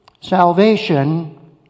salvation